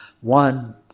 One